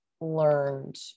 learned